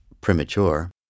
premature